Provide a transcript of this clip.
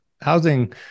housing